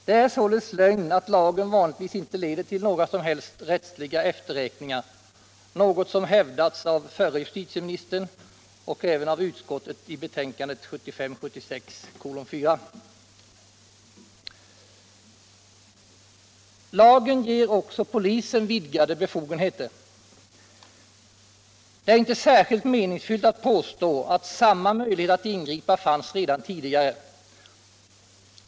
Det är således lögn att lagen vanligtvis inte leder till några som helst rättsliga efterräkningar, något som hävdats av förre justitieministern och även av utskottet i betänkandet 1975/76:4. Lagen ger också polisen vidgade befogenheter. Det är inte särskilt meningsfvllt att påstå att samma möjligheter att ingripa fanns redan tidigare.